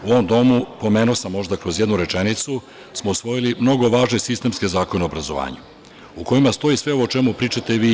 U ovom domu, pomenuo sam možda kroz jednu rečenicu, smo usvojili mnogo važne sistemske zakone o obrazovanju u kojima stoji sve ovo o čemu pričate i vi i ja.